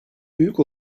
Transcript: büyük